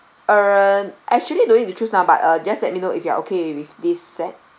uh actually don't need to choose now but uh just let me know if you are okay with this set